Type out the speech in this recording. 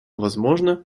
возможно